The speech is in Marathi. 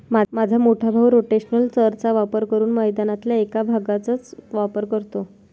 माझा मोठा भाऊ रोटेशनल चर चा वापर करून मैदानातल्या एक भागचाच वापर करतो